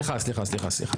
לא, סליחה, לא.